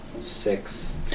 Six